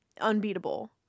unbeatable